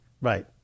Right